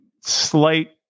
slight